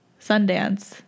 Sundance